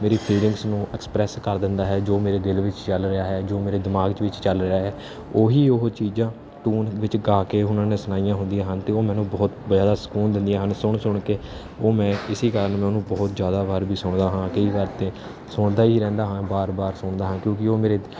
ਮੇਰੀ ਫੀਲਿੰਗਸ ਨੂੰ ਕਰ ਦਿੰਦਾ ਹੈ ਜੋ ਮੇਰੇ ਦਿਲ ਵਿੱਚ ਚੱਲ ਰਿਹਾ ਹੈ ਜੋ ਮੇਰੇ ਦਿਮਾਗ 'ਚ ਵਿੱਚ ਚੱਲ ਰਿਹਾ ਹੈ ਉਹੀ ਉਹ ਚੀਜ਼ਾਂ ਟੂਨ ਵਿੱਚ ਗਾ ਕੇ ਉਹਨਾਂ ਨੇ ਸੁਣਾਈਆਂ ਹੁੰਦੀਆਂ ਹਨ ਅਤੇ ਉਹ ਮੈਨੂੰ ਬਹੁਤ ਜ਼ਿਆਦਾ ਸਕੂਨ ਦਿੰਦੀਆਂ ਹਨ ਸੁਣ ਸੁਣ ਕੇ ਉਹ ਮੈਂ ਇਸੀ ਕਾਰਨ ਮੈਂ ਉਹਨੂੰ ਬਹੁਤ ਜ਼ਿਆਦਾ ਵਾਰ ਵੀ ਸੁਣਦਾ ਹਾਂ ਕਈ ਵਾਰ ਤਾਂ ਸੁਣਦਾ ਹੀ ਰਹਿੰਦਾ ਹਾਂ ਬਾਰ ਬਾਰ ਸੁਣਦਾ ਹਾਂ ਕਿਉਂਕਿ ਉਹ ਮੇਰੇ